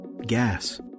gas